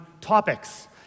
topics